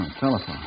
telephone